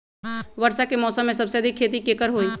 वर्षा के मौसम में सबसे अधिक खेती केकर होई?